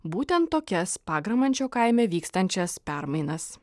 būtent tokias pagramančio kaime vykstančias permainas